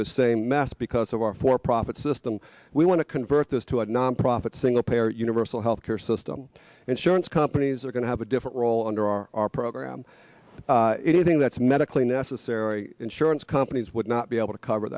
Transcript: the same math because of our for profit system we want to convert this to a nonprofit single payer universal healthcare system insurance companies are going to have a different role under our program anything that's medically necessary insurance companies would not be able to cover